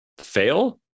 fail